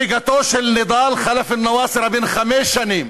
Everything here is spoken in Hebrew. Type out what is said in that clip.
הריגתו של נידאל ח'לף אלנואסרה, בן חמש שנים,